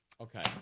Okay